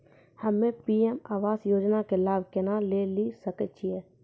हम्मे पी.एम आवास योजना के लाभ केना लेली सकै छियै?